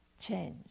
change